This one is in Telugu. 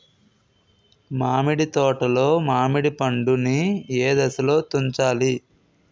మామిడి తోటలో మామిడి పండు నీ ఏదశలో తుంచాలి?